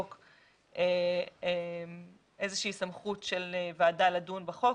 בחוק איזושהי סמכות של ועדה לדון בחוק,